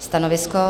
Stanovisko?